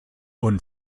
und